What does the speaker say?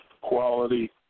quality